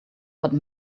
but